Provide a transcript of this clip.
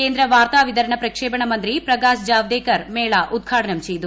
കേന്ദ്ര വാർത്താ ്വിതര്ണ പ്രക്ഷേപണ മന്ത്രി പ്രകാശ് ജാവ്ദേക്കർ മേള ഉദ്ഘാടനം ച്ചിയ്തു